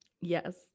Yes